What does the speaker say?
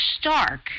stark